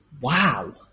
Wow